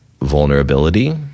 vulnerability